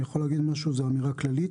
אני יכול לומר אמירה כללית?